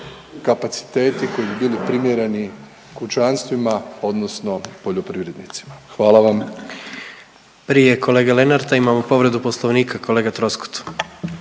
kapaciteti koji bi bili primjereni kućanstvima, odnosno poljoprivrednicima. Hvala vam. **Jandroković, Gordan (HDZ)** Prije kolege Lenarta imamo povredu Poslovnika kolega Troskot.